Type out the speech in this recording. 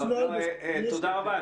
יש --- תודה רבה,